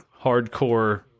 hardcore